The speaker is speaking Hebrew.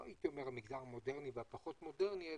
לא הייתי אומר מגזר מודרני ופחות מודרני,